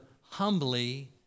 humbly